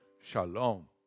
shalom